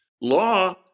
Law